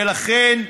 ולכן,